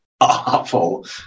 awful